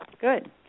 Good